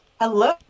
Hello